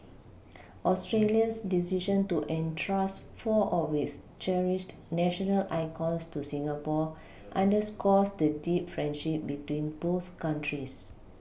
Australia's decision to entrust four of its cherished national icons to Singapore underscores the deep friendship between both countries